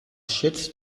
schätzt